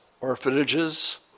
orphanages